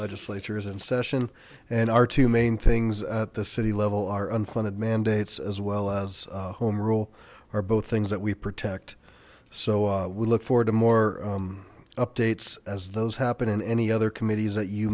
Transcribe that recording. legislature is in session and our two main things at the city level are unfunded mandates as well as home rule are both things that we protect so we look forward to more updates as those happen in any other committees that you